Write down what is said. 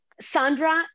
sandra